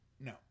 No